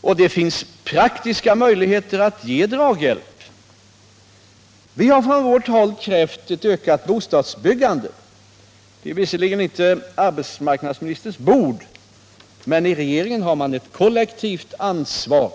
Och det finns praktiska möjligheter att ge draghjälp. Vi har från vårt håll krävt ökat bostadsbyggande. Det är visserligen inte arbetsmarknadsministerns bord, men regeringen har ett kollektivt ansvar.